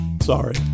sorry